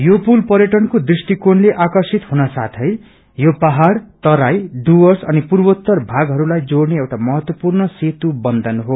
यो पुल पर्याटनको दृष्टिकोणले आर्कषित हुन साथै यो पहाड़ तराई डुव्रस अनि पूर्वातर भागहरूलाई जोड़ने एउटा महत्वपूर्ण सेतू बन्धन हो